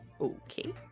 Okay